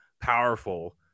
powerful